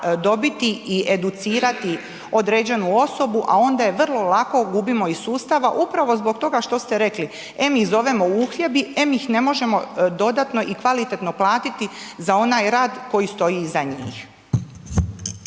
dobiti i educirati određenu osobu, a onda je vrlo lako gubimo iz sustava upravo zbog toga što ste rekli, em ih zovemo uhljebi, em ih ne možemo dodatno i kvalitetno platiti za onaj rad koji stoji iza njih.